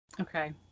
Okay